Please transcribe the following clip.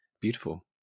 beautiful